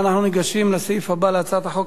את הצעת חוק